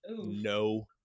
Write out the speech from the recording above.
No